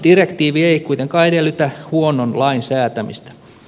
direktiivi ei kuitenkaan edellytä huonon lain säätämistä